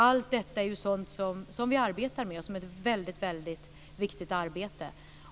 Allt detta är sådant som vi arbetar med, och det är ett väldigt viktigt arbete.